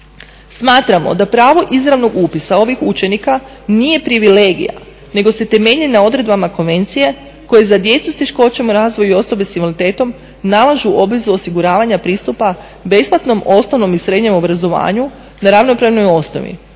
Smatramo da pravo izravnog upisa ovih učenika nije privilegija nego se temelji na odredbama konvencije koje za djecu s teškoćama u razvoju i osobe s invaliditetom nalažu obvezu osiguravanja pristupa besplatnom osnovnom i srednjem obrazovanju na ravnopravnoj osnovi